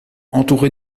entouré